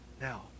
Now